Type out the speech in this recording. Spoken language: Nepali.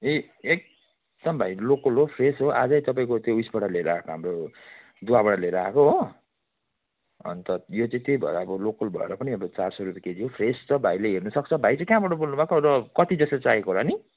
ए एकदम भाइ लोकल हो फ्रेस हो आज नै तपाईँको त्यो उसबाट लिएर आएको हो हाम्रो दुवाबाट लिएर आएको हो अन्त यो चाहिँ त्यही भएर अब लोकल भएर पनि अब चार सय रुपियाँ केजी हो फ्रेस छ भाइले हेर्नु सक्छ भाइ चाहिँ कहाँबाट बोल्नु भएको र कति जस्तो चाहिएको होला नि